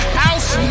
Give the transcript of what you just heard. house